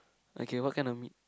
okay what kind of meat